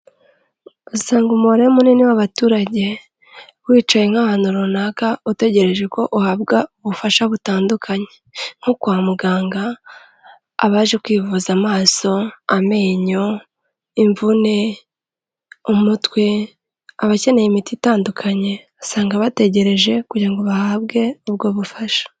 Usanga umubare munini w'abaturage, wicaye nk'ahantu runaka utegereje ko uhabwa ubufasha butandukanye. Nko kwa muganga abaje kwivuza amaso, amenyo, imvune, umutwe, abakeneye imiti itandukanye, usanga bategereje kugira ngo bahabwe ubwo bufasha.